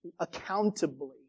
accountably